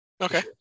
Okay